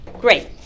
great